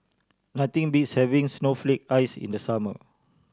nothing beats having snowflake ice in the summer